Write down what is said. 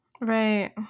Right